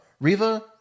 Riva